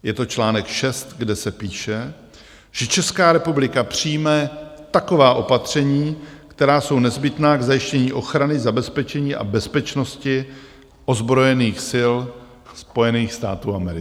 Je to článek 6, kde se píše, že Česká republika přijme taková opatření, která jsou nezbytná k zajištění ochrany, zabezpečení a bezpečnosti ozbrojených sil Spojených států amerických.